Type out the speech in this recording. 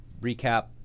recap